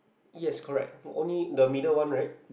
yes correct only the middle one right